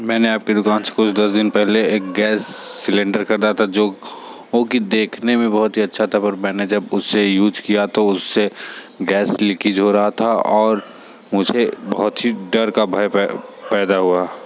मैंने आपके दुकान से कुछ दस दिन पहले एक गैस्स्स सिलेंडर खरीदा था जो वो कि देखने में बहुत ही अच्छा था पर मैंने जब उसे यूज किया तो उससे गैस लिकिज हो रहा था और मुझे बहुत ही डर का भय पैदा हुआ